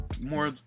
more